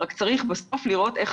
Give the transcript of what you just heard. רק צריך בסוף לראות איך